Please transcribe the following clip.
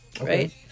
right